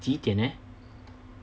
几点呃